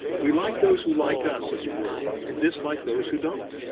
we like those who like us, as a rule, and dislike those who don't.